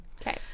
Okay